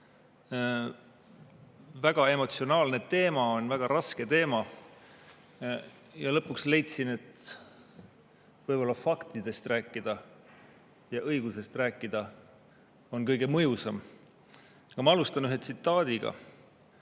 väga emotsionaalne teema, väga raske teema –, ja lõpuks leidsin, et võib-olla on faktidest rääkida ja õigusest rääkida kõige mõjusam. Ma alustan ühe tsitaadiga.